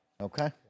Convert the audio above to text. Okay